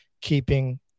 keeping